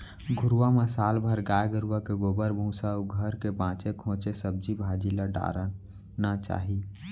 घुरूवा म साल भर गाय गरूवा के गोबर, भूसा अउ घर के बांचे खोंचे सब्जी भाजी ल डारना चाही